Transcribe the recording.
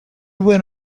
went